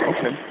Okay